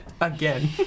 Again